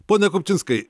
pone kupčinskai